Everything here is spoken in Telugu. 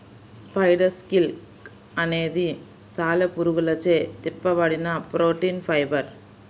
స్పైడర్ సిల్క్ అనేది సాలెపురుగులచే తిప్పబడిన ప్రోటీన్ ఫైబర్